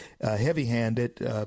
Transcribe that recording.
heavy-handed